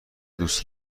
دوست